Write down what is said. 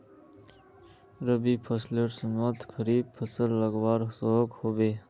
रवि फसलेर समयेत खरीफ फसल उगवार सकोहो होबे?